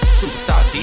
superstar